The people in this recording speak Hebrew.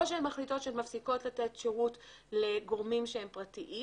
או שהן מחליטות שהן מפסיקות לתת שירות לגורמים שהם פרטיים